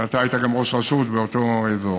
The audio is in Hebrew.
ואתה היית גם ראש רשות באותו אזור,